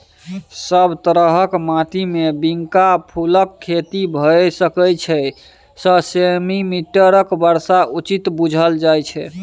सब तरहक माटिमे बिंका फुलक खेती भए सकै छै सय सेंटीमीटरक बर्षा उचित बुझल जाइ छै